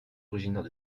originaires